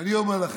ואני אומר לכם: